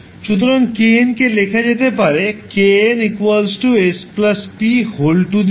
সুতরাং 𝑘𝑛 কে লেখা যেতে পারে 𝑘𝑛 𝑠 𝑝𝑛𝐹 𝑠